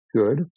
good